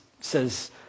says